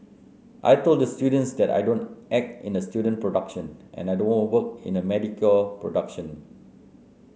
I told the students that I don't act in a student production and I don't work in a mediocre production